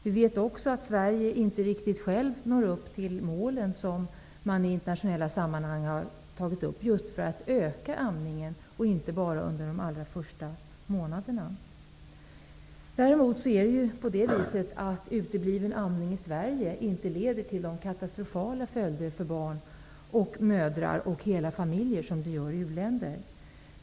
Vi vet också att Sverige inte riktigt självt når upp till målen som man i internationella sammanhang har tagit upp just för att öka amningen och inte bara under de allra första månaderna. I Sverige leder utebliven amning inte till de katastrofala följder för barn, mödrar och hela familjer som den gör i u-länderna.